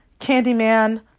Candyman